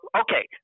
okay